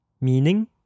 meaning